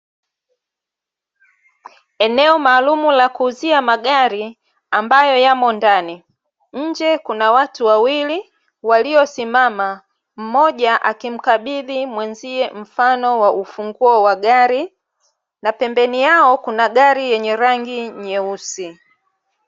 Eneo maalumu la kuuzia magari, ambayo yamo ndani. Nje kuna watu wawili waliosimama, mmoja akimkabidhi mwenzie mfano wa ufunguo wa gari, na pembeni yao kuna gari yenye rangi nyeusi.